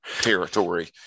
territory